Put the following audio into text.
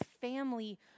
family